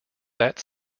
that